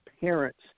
parents